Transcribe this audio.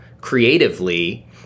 creatively